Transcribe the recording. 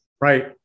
right